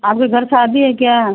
आपके घर शादी है क्या